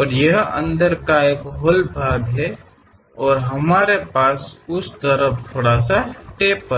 और यह अंदर का एक हॉल भाग है और हमारे पास उस तरफ थोड़ा सा टेपर है